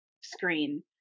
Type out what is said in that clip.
screen